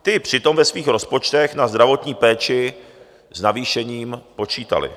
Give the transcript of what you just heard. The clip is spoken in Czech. Ty přitom ve svých rozpočtech na zdravotní péči s navýšením počítaly.